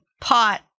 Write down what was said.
pot